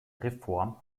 reform